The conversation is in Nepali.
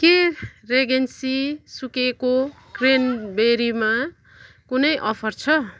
के रेगेन्सी सुकेको क्र्यानबेरीमा कुनै अफर छ